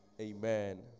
Amen